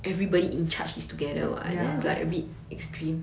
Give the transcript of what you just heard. ya